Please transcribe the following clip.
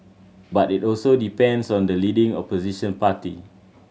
but it also depends on the leading opposition party